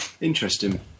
interesting